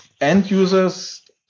end-user's